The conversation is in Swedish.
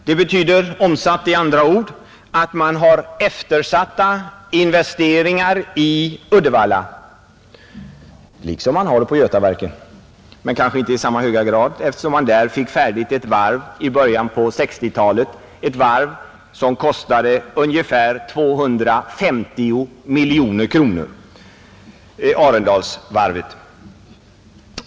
Det betyder i andra ord att man har eftersatta investeringar i Uddevalla — liksom också inom Götaverken, dock kanske inte i samma höga grad eftersom man där fick ett varv färdigt i början av 1960-talet, som kostade ungefär 250 miljoner kronor, Arendalsvarvet.